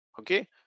okay